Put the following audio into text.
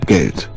Geld